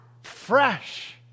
fresh